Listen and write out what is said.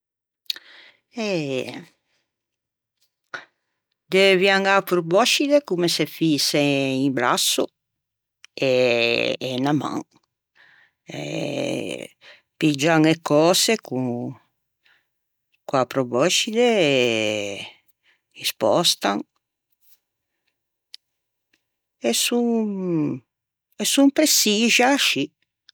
Eh, deuvian a probòscide comme se foise un brasso e e unna man e piggian e cöse con co-a probòscide e ê spòstan e son e son preçixi ascì.